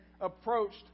approached